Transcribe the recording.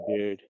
dude